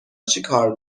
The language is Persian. چیکار